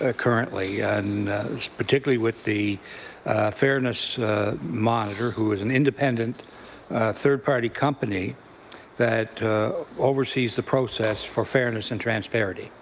ah currently, and particularly with the fairness monitor who is an independent third party company that oversees the process for fairness and transparency.